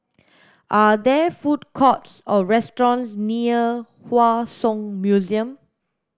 are there food courts or restaurants near Hua Song Museum